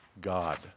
God